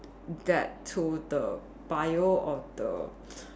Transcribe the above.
that to the Bio or the